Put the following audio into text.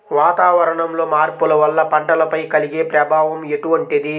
వాతావరణంలో మార్పుల వల్ల పంటలపై కలిగే ప్రభావం ఎటువంటిది?